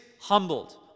humbled